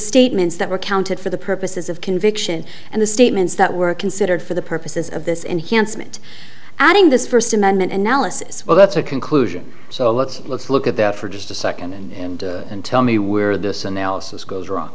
were counted for the purposes of conviction and the statements that were considered for the purposes of this and hence meant adding this first amendment analysis well that's a conclusion so let's let's look at that for just a second and and tell me where this analysis goes wrong